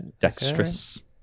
Dexterous